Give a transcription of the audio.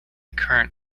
current